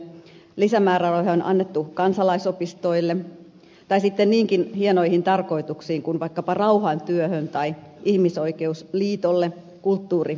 lisämäärärahoja on annettu kansalaisopistoille tai sitten niinkin hienoihin tarkoituksiin kuin vaikkapa rauhantyöhön tai ihmisoikeusliitolle kulttuuri instituutioille